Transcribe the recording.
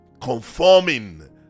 conforming